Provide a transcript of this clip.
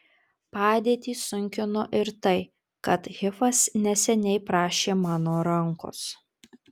padėtį sunkino ir tai kad hifas neseniai prašė mano rankos